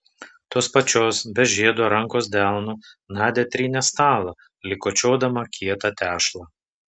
tos pačios be žiedo rankos delnu nadia trynė stalą lyg kočiodama kietą tešlą